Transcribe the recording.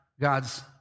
God's